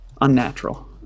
unnatural